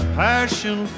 passion